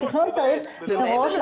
התכנון צריך לקחת את זה מראש.